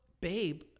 babe